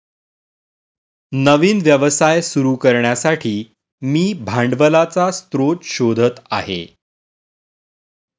नवीन व्यवसाय सुरू करण्यासाठी मी भांडवलाचा स्रोत शोधत आहे